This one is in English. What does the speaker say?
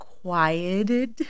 Quieted